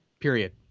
period